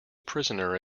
prisoner